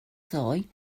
ddoe